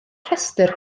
restr